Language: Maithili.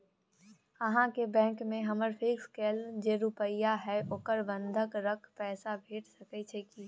अहाँके बैंक में हमर फिक्स कैल जे रुपिया हय ओकरा बंधक रख पैसा भेट सकै छै कि?